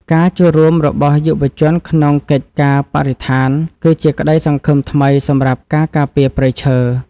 ការចូលរួមរបស់យុវជនក្នុងកិច្ចការបរិស្ថាន គឺជាក្តីសង្ឃឹមថ្មីសម្រាប់ការការពារព្រៃឈើ។